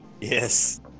Yes